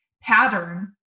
pattern